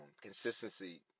consistency